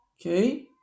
Okay